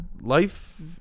life